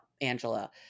Angela